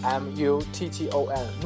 mutton